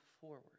forward